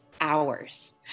hours